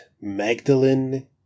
Magdalene